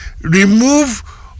remove